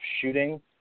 shooting